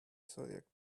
zodiac